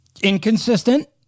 inconsistent